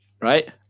right